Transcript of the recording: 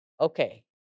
okay